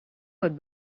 would